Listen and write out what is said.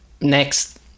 Next